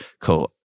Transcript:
cool